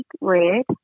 red